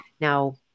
now